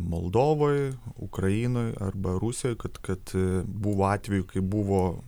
moldovoj ukrainoj arba rusija kad kad buvo atvejų kai buvo